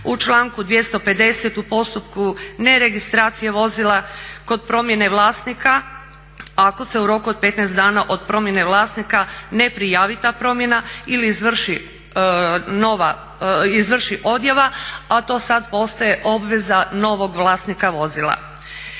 u članku 250. u postupku neregistracije vozila kod promjene vlasnika ako se u roku od 15 dana od promjene vlasnika ne prijavi ta promjena ili izvrši odjava, a to sad postaje obveza novog vlasnika vozila.